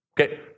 Okay